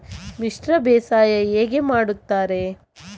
ಮಿಶ್ರ ಬೇಸಾಯ ಹೇಗೆ ಮಾಡುತ್ತಾರೆ?